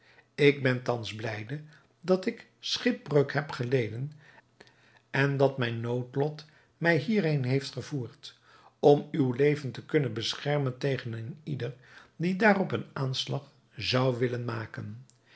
ik ben thans blijde dat ik schipbreuk heb geleden en dat mijn noodlot hier heen heeft gevoerd om uw leven te kunnen beschermen tegen een ieder die daarop een aanslag zou willen maken